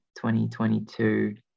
2022